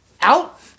out